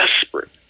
desperate